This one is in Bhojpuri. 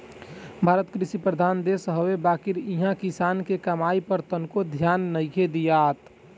भारत कृषि प्रधान देश हवे बाकिर इहा किसान के कमाई पर तनको ध्यान नइखे दियात